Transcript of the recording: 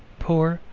poor,